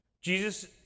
Jesus